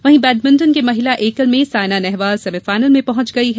वहीं बैडमिंटन के महिला एकल में सायना नेहवाल सेमीफायनल में पहुंच गयी है